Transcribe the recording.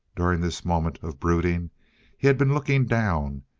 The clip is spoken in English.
during this moment of brooding he had been looking down,